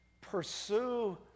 Pursue